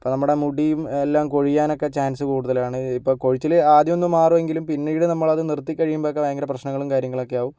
അപ്പം നമ്മുടെ മുടിയും എല്ലാം കൊഴിയാനൊക്കെ ചാൻസ് കൂടുതലാണ് ഇപ്പം കൊഴിച്ചിൽ ആദ്യമൊന്ന് മാറുമെങ്കിലും പിന്നീട് നമ്മളത് നിർത്തി കഴിയുമ്പോളൊക്കെ ഭയങ്കര പ്രശ്നങ്ങളും കാര്യങ്ങളൊക്കെയാകും